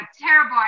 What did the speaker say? terrible